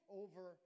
over